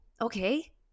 okay